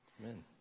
Amen